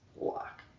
lock